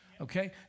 Okay